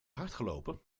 hardgelopen